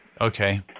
Okay